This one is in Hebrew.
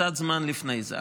קצת זמן לפני זה.